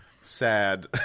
sad